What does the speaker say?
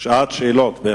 שעת שאלות.